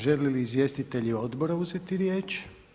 Žele li izvjestitelji odbora uzeti riječ?